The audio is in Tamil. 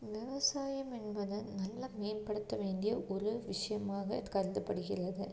விவசாயம் என்பது நல்ல மேம்படுத்த வேண்டிய ஒரு விஷயமாகக் கருதப்படுகிறது